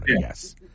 Yes